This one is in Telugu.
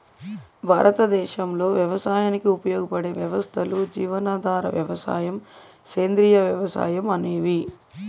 భారతదేశంలో వ్యవసాయానికి ఉపయోగపడే వ్యవస్థలు జీవనాధార వ్యవసాయం, సేంద్రీయ వ్యవసాయం అనేవి